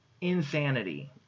insanity